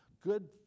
good